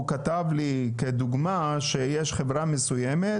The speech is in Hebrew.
הוא כתב לי כדוגמה שיש חברה מסוימת